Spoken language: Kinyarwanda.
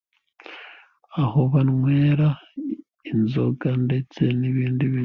Aho banywera inzoga ndetse n'ibindi bintu.